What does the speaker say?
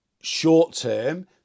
short-term